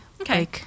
Okay